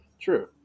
true